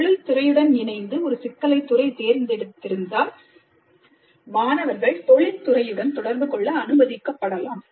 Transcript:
தொழில் துறையுடன் இணைந்து ஒரு சிக்கலைத் துறை எடுத்திருந்தால் மாணவர்கள் தொழில்துறையுடன் தொடர்பு கொள்ள அனுமதிக்கப்படலாம்